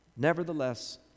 Nevertheless